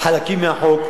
חלקים מהחוק,